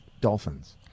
dolphins